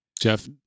Jeff